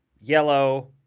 yellow